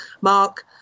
mark